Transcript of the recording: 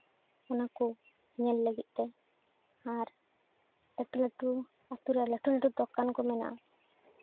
ᱚᱱᱟ ᱠᱚ ᱧᱮᱞ ᱞᱟᱹᱜᱤᱫ ᱛᱮ ᱟᱨ ᱞᱟᱹᱴᱩ ᱞᱟᱹᱴᱩ ᱟᱨ ᱟᱹᱛᱩᱨᱮ ᱞᱟᱹᱴᱩ ᱞᱟᱹᱴᱩ ᱫᱚᱠᱟᱱ ᱠᱚ ᱢᱮᱱᱟᱜᱼᱟ